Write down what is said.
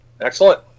Excellent